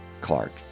Clark